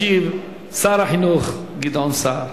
ישיב שר החינוך גדעון סער.